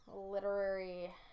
literary